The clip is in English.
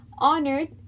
Honored